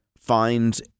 finds